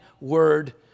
word